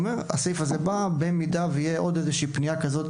הסעיף הזה בא במידה ותהיה עוד איזו שהיא פנייה כזו.